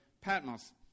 Patmos